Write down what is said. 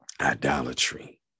idolatry